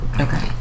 Okay